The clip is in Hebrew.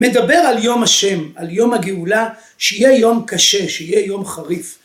מדבר על יום השם, על יום הגאולה, שיהיה יום קשה, שיהיה יום חריף.